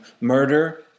murder